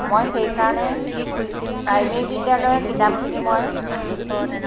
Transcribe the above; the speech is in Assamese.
মই সেইকাৰণে প্ৰাইমেৰী বিদ্যালয়ৰ কিতাপখিনি মই বেছি